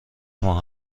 ماه